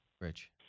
Rich